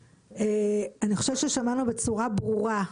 אני חושבת ששמענו בצורה ברורה,